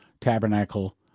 tabernacle